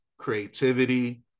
creativity